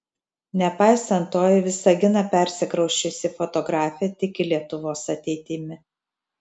nepaisant to į visaginą persikrausčiusi fotografė tiki lietuvos ateitimi